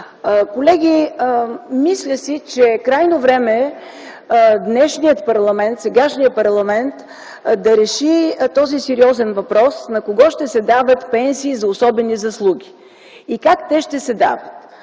Колеги, мисля си, че е крайно време сегашният парламент да реши този сериозен въпрос – на кого ще се дават пенсии за особени заслуги и как те ще се дават.